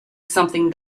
something